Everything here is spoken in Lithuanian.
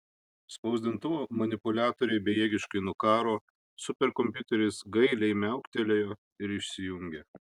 spausdintuvo manipuliatoriai bejėgiškai nukaro superkompiuteris gailiai miauktelėjo ir išsijungė